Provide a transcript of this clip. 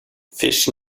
fish